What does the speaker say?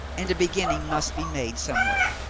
and a beginning must be made somewhere.